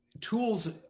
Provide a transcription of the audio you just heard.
tools